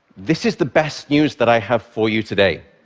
this is the best news that i have for you today.